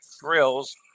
thrills